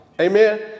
Amen